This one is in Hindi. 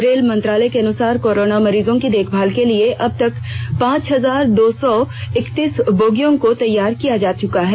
रेल मंत्रालय के अनुसार कोरोना मरीजों की देखभाल के लिए अब तक पाँच हजार दो सौ इक्कतीस बोगियों को तैयार किया जा चुका है